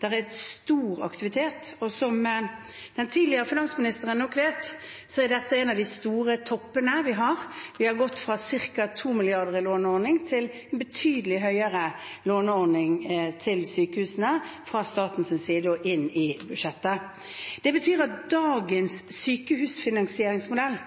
er stor aktivitet, og som den tidligere finansministeren nok vet, er dette en av de store toppene vi har. Vi har gått fra ca. 2 mrd. kr i låneordning til en betydelig høyere låneordning til sykehusene fra statens side og inn i budsjettet. Det betyr at dagens sykehusfinansieringsmodell